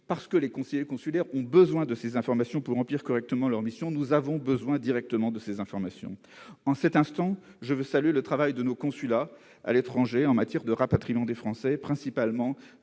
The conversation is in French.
parce que les conseillers consulaires ont besoin de ces informations pour remplir correctement leur mission, nous souhaitons obtenir directement ces informations. En cet instant, je veux saluer le travail de nos consulats à l'étranger en matière de rapatriement des Français, en